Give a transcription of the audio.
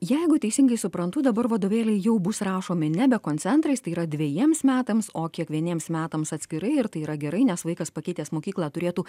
jeigu teisingai suprantu dabar vadovėliai jau bus rašomi nebe koncentrais tai yra dvejiems metams o kiekvieniems metams atskirai ir tai yra gerai nes vaikas pakeitęs mokyklą turėtų